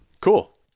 Cool